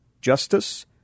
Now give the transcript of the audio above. justice